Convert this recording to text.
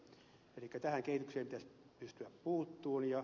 elikkä tähän kehitykseen pitäisi pystyä puuttumaan